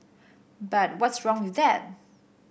but what's wrong with that